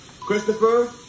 Christopher